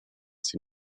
sie